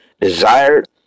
desired